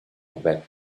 back